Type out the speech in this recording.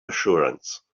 assurance